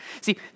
See